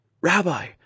Rabbi